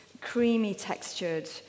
creamy-textured